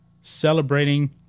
celebrating